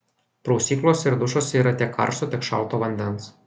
prausyklose ir dušuose yra tiek karšto tiek šalto vandens